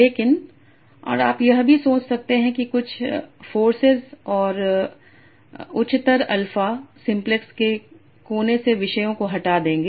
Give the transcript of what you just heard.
लेकिन और आप यह भी सोच सकते हैं कि कुछ फोर्सेस और उच्चतर अल्फा सिम्प्लेक्स के कोने से विषयों को हटा देंगे